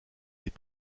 des